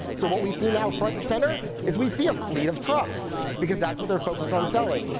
so what we see now front and center is we see a fleet of trucks. because that's what they're focused on selling.